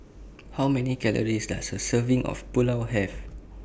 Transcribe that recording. How Many Calories Does A Serving of Pulao Have